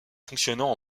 fonctionnant